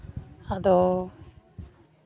ᱟᱫᱚ